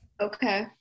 okay